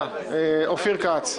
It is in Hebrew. השאלה האחרת היא יותר מסוכנת לדעתי,